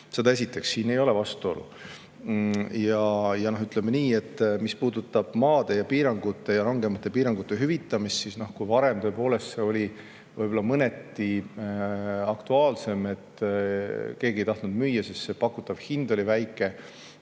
Seda esiteks. Siin ei ole vastuolu. Ja ütleme nii, et mis puudutab maade ja piirangute ja rangemate piirangute hüvitamist, siis varem oli see tõepoolest mõneti aktuaalsem, sest keegi ei tahtnud müüa, kuna pakutav hind oli väike,